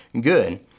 good